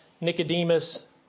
Nicodemus